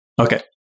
Okay